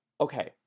okay